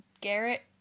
Garrett